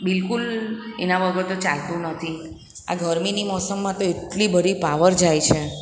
બિલકુલ એના વગર તો ચાલતું નથી આ ગરમીની મોસમમાં તો એટલી બધી પાવર જાય છે